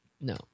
No